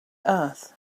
earth